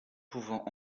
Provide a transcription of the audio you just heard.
pouvant